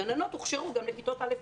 הגננות וכשרו גם לכיתות א'-ב'.